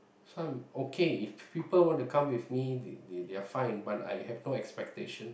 so I'm okay if people want to come with me they they're fine but I have no expectations